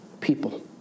people